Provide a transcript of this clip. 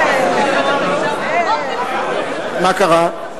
מה קרה?